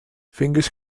fingers